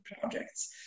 projects